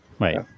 Right